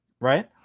right